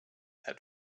had